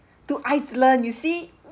to iceland you see